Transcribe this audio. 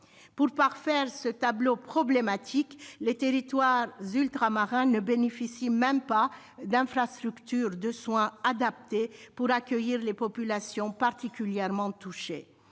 Pour parfaire ce tableau problématique, il faut savoir que les territoires ultramarins ne bénéficient même pas d'infrastructures de soins adaptées pour accueillir les populations particulièrement touchées.